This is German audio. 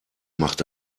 macht